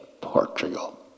Portugal